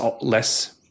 less